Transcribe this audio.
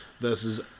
versus